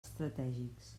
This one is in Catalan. estratègics